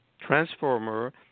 transformer